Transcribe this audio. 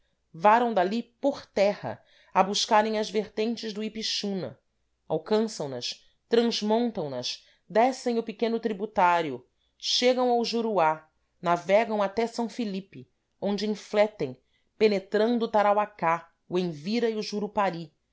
varam dali por terra a buscarem as vertentes do ipixuna alcançam nas transmontam nas descem o pequeno tributário chegam ao juruá navegam até s felipe onde infletem penetrando o tarauacá o envira e o jurupari